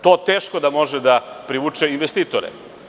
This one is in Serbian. To teško da može da privuče investitore.